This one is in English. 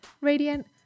radiant